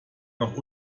noch